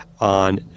on